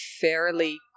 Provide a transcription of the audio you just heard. fairly